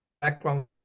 background